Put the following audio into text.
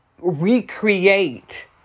recreate